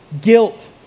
guilt